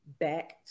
back